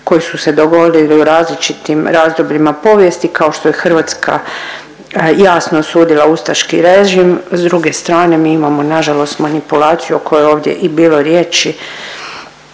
koji su se dogodili u različitim razdobljima povijesti kao što je Hrvatska jasno osudila ustaški režim. S druge strane mi imamo nažalost manipulaciju o kojoj je ovdje i bilo riječi